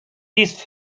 this